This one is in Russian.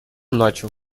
начал